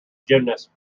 gymnast